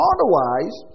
Otherwise